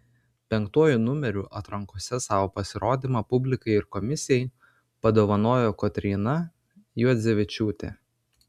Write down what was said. penktuoju numeriu atrankose savo pasirodymą publikai ir komisijai padovanojo kotryna juodzevičiūtė